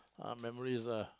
ah memories ah